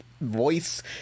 voice